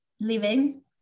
living